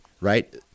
right